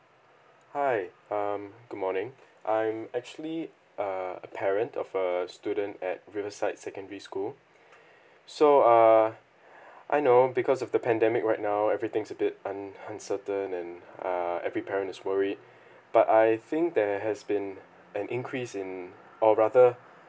hi um good morning I'm actually err a parent of a student at riverside secondary school so err I know because of the pandemic right now everything's a bit un~ uncertain and err every parent is worried but I think there has been an increase in or rather